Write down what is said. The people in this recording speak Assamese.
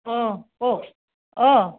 অঁ কওক অঁ